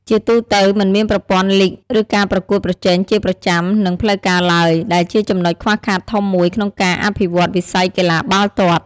ជាទូទៅ មិនមានប្រព័ន្ធលីគ ឬការប្រកួតប្រជែងជាប្រចាំ និងផ្លូវការឡើយ ដែលជាចំណុចខ្វះខាតធំមួយក្នុងការអភិវឌ្ឍន៍វិស័យកីឡាបាល់ទាត់។